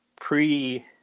pre